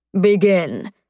Begin